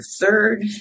third